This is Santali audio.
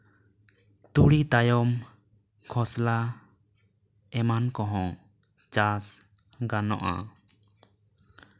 ᱛᱩᱲᱤ ᱛᱟᱭᱚᱢ ᱠᱷᱚᱥᱞᱟ ᱮᱢᱟᱱ ᱠᱚᱦᱚᱸ ᱪᱟᱥ ᱜᱟᱱᱚᱜᱼᱟ